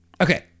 Okay